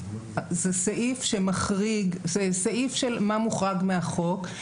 זה סעיף שמחריג, זה סעיף של מה מוחרג מהחוק.